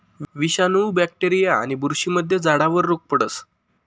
विषाणू, बॅक्टेरीया आणि बुरशीमुळे झाडावर रोग पडस